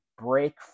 break